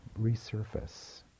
resurface